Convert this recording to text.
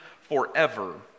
forever